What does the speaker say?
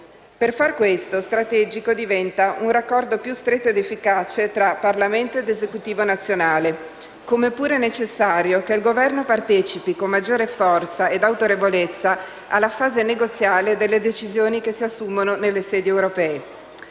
Per far questo, strategico diventa un raccordo più stretto ed efficace tra Parlamento ed Esecutivo nazionale, come pure è necessario che il Governo partecipi con maggiore forza ed autorevolezza alla fase negoziale delle decisioni che si assumono nelle sedi europee.